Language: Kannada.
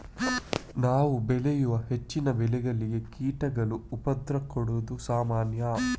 ನಾವು ಬೆಳೆಯುವ ಹೆಚ್ಚಿನ ಬೆಳೆಗಳಿಗೆ ಕೀಟಗಳು ಉಪದ್ರ ಕೊಡುದು ಸಾಮಾನ್ಯ